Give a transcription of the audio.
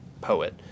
poet